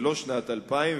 ולא 2000,